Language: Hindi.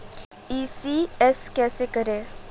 ई.सी.एस कैसे करें?